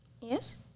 Yes